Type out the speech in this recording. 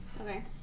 Okay